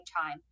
time